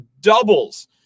doubles